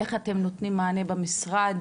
איך אתם נותנים מענה במשרד